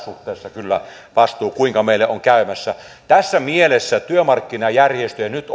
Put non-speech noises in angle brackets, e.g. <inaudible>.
<unintelligible> suhteessa kyllä vastuu siitä kuinka meille on käymässä tässä mielessä työmarkkinajärjestöjen nyt <unintelligible>